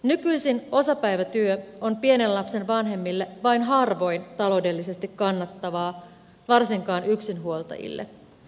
nykyisin osapäivätyö on pienen lapsen vanhemmille vain harvoin taloudellisesti kannattavaa varsinkaan yksinhuoltajille